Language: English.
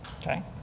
okay